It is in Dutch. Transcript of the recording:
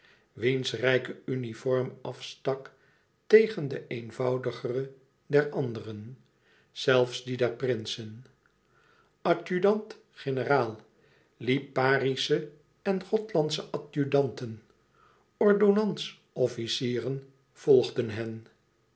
wiens rijke uniform afstak tegen de eenvoudigere der anderen zelfs die der prinsen adjudanten generaal liparische en gothlandsche adjudanten ordonnans officieren volgden hen